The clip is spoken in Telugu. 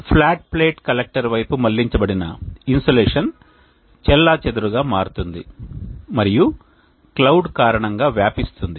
ఫ్లాట్ ప్లేట్ కలెక్టర్ వైపు మళ్లించబడిన ఇన్సోలేషన్ చెల్లాచెదురుగా మారుతుంది మరియు క్లౌడ్ కారణంగా వ్యాపిస్తుంది